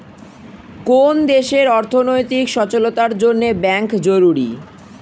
কোন দেশের অর্থনৈতিক সচলতার জন্যে ব্যাঙ্ক জরুরি